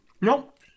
Nope